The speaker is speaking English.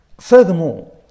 Furthermore